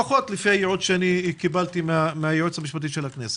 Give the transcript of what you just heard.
לפחות לפי הייעוץ שאני קיבלתי מהיועץ המשפטי של הכנסת.